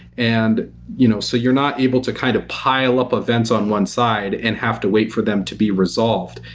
and you know so you're not able to kind of pile up events on one side and have to wait for them to be resolved,